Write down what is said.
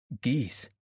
geese